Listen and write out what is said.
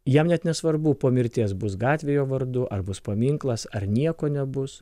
jam net nesvarbu po mirties bus gatvė jo vardu ar bus paminklas ar nieko nebus